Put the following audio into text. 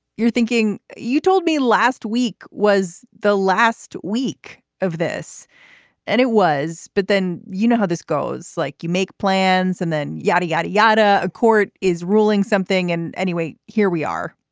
you're thinking. you told me last week was the last week of this and it was. but then you know how this goes. like you make plans and then yadda, yadda, yadda. a court is ruling something and anyway here we are.